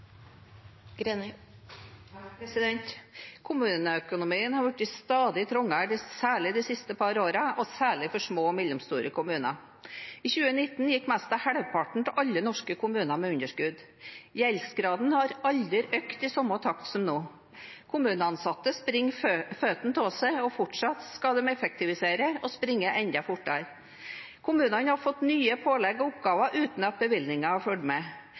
særlig for små og mellomstore kommuner. I 2019 gikk nesten halvparten av alle norske kommuner med underskudd. Gjeldsgraden har aldri økt i samme takt som nå. Kommuneansatte springer føttene av seg, og fortsatt skal de effektivisere og springe enda fortere. Kommunene har fått nye pålegg og oppgaver uten at bevilgninger har fulgt med,